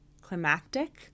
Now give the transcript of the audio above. climactic